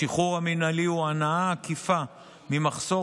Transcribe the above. השחרור המינהלי הוא הנאה עקיפה ממחסור